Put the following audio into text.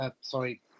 Sorry